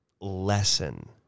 lesson